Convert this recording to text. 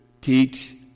teach